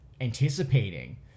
anticipating